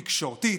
תקשורתית,